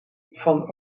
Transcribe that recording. van